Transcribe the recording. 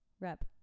Rep